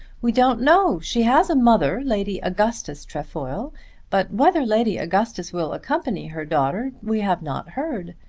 we don't know. she has a mother, lady augustus trefoil but whether lady augustus will accompany her daughter we have not heard.